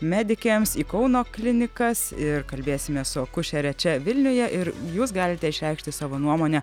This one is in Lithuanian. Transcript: medikėms į kauno klinikas ir kalbėsimės su akušere čia vilniuje ir jūs galite išreikšti savo nuomonę